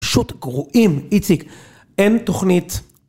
פשוט גרועים איציק, אין תוכנית.